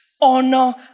honor